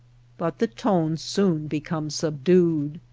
but the tones soon become sub dued.